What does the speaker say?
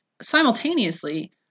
simultaneously